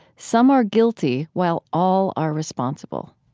some are guilty, while all are responsible.